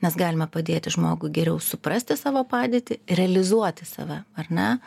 mes galime padėti žmogui geriau suprasti savo padėtį realizuoti save ar ne